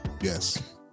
Yes